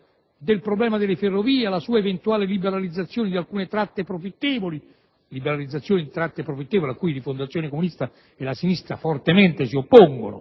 del problema delle ferrovie e l'eventuale liberalizzazione di alcune tratte profittevoli; liberalizzazione di tratte profittevoli a cui Rifondazione Comunista e la Sinistra fortemente si oppongono,